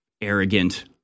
arrogant